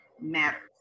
matters